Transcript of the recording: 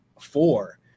four